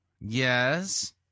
yes